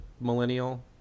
millennial